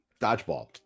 dodgeball